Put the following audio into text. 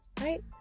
right